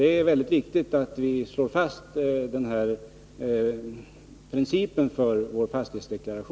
Det är mycket viktigt att vi slår fast den principen för vår fastighetsdeklaration.